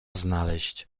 znaleźć